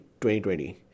2020